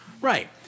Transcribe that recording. right